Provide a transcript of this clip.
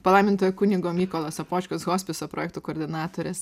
palaimintojo kunigo mykolo sopočkos hospiso projektų koordinatorės